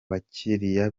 bakiriya